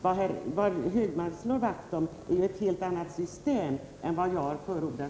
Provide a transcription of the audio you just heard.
Vad herr Hökmark slår vakt om är ju ett helt annat system än det jag har förordat.